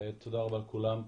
תודה רבה לכולם.